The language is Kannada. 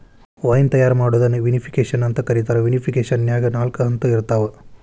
ವೈನ್ ತಯಾರ್ ಮಾಡೋದನ್ನ ವಿನಿಪಿಕೆಶನ್ ಅಂತ ಕರೇತಾರ, ವಿನಿಫಿಕೇಷನ್ನ್ಯಾಗ ನಾಲ್ಕ ಹಂತ ಇರ್ತಾವ